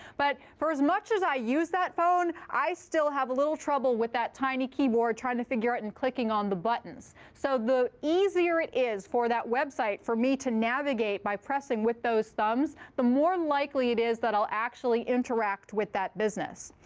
but for as much as i use that phone, i still have a little trouble with that tiny keyboard trying to figure out and clicking on the buttons. so the easier it is for that website for me to navigate by pressing with those thumbs, the more likely it is that i'll actually interact with that business.